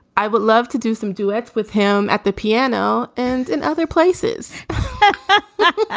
i would love to do some duets with him at the piano and in other places let's